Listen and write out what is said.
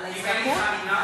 הסכמים.